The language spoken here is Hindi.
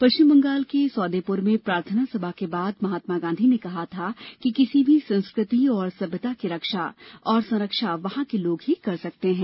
पश्चिम बंगाल के सौदेपुर में प्रार्थना सभा के बाद महात्मा गांधी ने कहा था कि किसी भी संस्कृति और सभ्यता की रक्षा और संरक्षा वहां के लोग ही कर सकते हैं